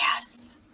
Yes